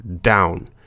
down